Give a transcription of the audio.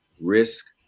risk